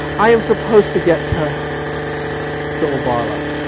i am supposed to get to joel barlow.